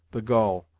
the gull,